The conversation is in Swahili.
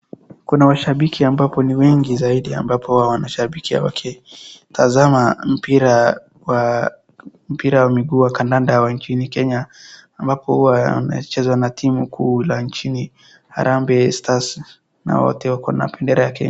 Kuna washabiki ambapo ni wengi zaidi, ambapo wanashabikia wakitazama mpira wa miguu wa kandanda wa nchini Kenya ambapo, wamecheza na timu kuu la nchini Harambee Stars, na wote wako na bendera ya Kenya.